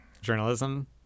journalism